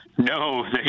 No